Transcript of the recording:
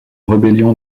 rébellion